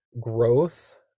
growth